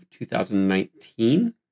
2019